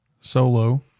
solo